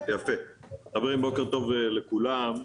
בוקר טוב לכולם.